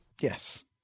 yes